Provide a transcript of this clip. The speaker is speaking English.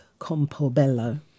Compobello